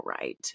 right